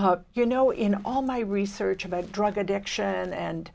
hear you know in all my research about drug addiction and